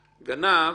"גנב",